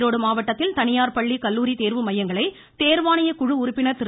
ஈரோடு மாவட்டத்தில் தனியார் பள்ளி கல்லூரி தேர்வு மையங்களை தேர்வாணைய குழு உறுப்பினர் திரு